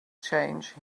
change